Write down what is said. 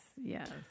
yes